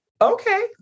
okay